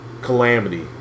calamity